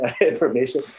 information